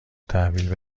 تحویل